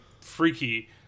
freaky